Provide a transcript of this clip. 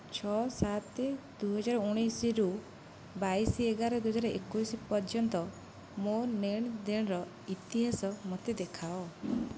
ଛଅ ସାତେ ଦୁଇହଜାର ଉଣେଇଶି ରୁ ବାଇଶି ଏଗାର ଦୁଇହଜାର ଏକୋଇଶି ପର୍ଯ୍ୟନ୍ତ ମୋ ନେଣ ଦେଣର ଇତିହାସ ମୋତେ ଦେଖାଅ